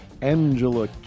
Angela